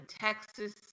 Texas